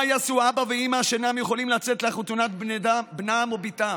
מה יעשו אבא ואימא שאינם יכולים לצאת לחתונת בנם או בתם?